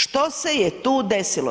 Što se je tu desilo?